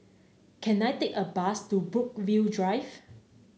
can I take a bus to Brookvale Drive